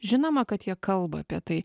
žinoma kad jie kalba apie tai